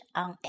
on